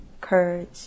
courage